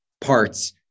parts